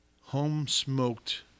home-smoked